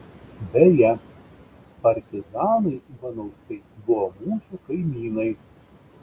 beje partizanai ivanauskai buvo mūsų kaimynai